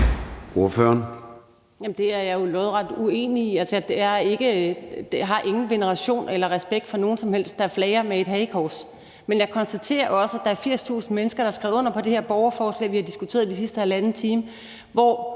det er jeg jo lodret uenig i. Altså, jeg har ingen veneration eller respekt for nogen som helst, der flager med et hagekors. Men jeg konstaterer også, at der er 80.000 mennesker, der har skrevet under på det her borgerforslag, vi har diskuteret den sidste halvanden time, hvor